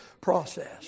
process